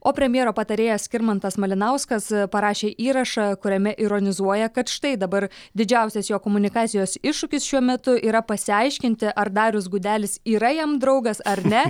o premjero patarėjas skirmantas malinauskas parašė įrašą kuriame ironizuoja kad štai dabar didžiausias jo komunikacijos iššūkis šiuo metu yra pasiaiškinti ar darius gudelis yra jam draugas ar ne